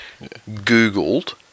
Googled